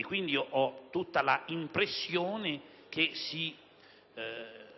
Quindi ho tutta l'impressione che nel